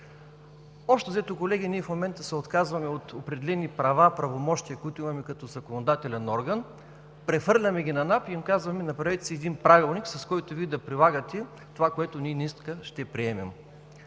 Общо взето, колеги, ние в момента се отказваме от определени права, правомощия, които имаме като законодателен орган, прехвърляме ги на НАП и им казваме: направете си един правилник, с който Вие да прилагате това, което ние днес ще приемем.